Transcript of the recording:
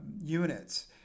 units